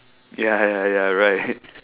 ya ya ya right